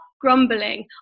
grumbling